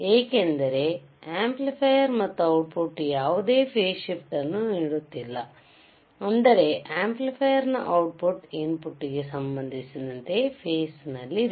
ಏಕೆಂದರೆ ಆಂಪ್ಲಿಫೈಯರ್ ಮತ್ತು output ಯಾವುದೇ ಫೇಸ್ ಶಿಫ್ಟ್ ಅನ್ನು ನೀಡುತ್ತಿಲ್ಲ ಅಂದರೆ ಆಂಪ್ಲಿಫೈಯರ್ ನ ಔಟ್ ಪುಟ್ ಇನ್ ಪುಟ್ ಗೆ ಸಂಬಂಧಿಸಿದಂತೆ ಫೇಸ್ ನಲ್ಲಿದೆ